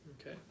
Okay